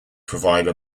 provide